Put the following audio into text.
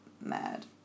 mad